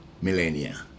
millennia